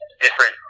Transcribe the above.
different